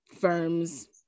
firms